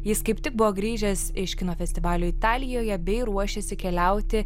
jis kaip tik buvo grįžęs iš kino festivalio italijoje bei ruošėsi keliauti